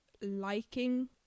liking